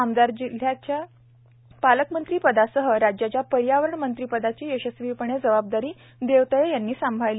आमदार जिल्ह्याच्या पालकमंत्रीपदासह राज्याच्या पर्यावरण मंत्रीपदाची यशस्वीपणे जवाबदारी देवतळे यांनी सांभाळली